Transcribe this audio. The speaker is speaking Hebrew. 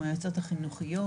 עם היועצות החינוכיות,